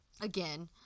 again